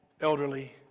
elderly